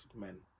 men